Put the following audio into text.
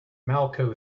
malco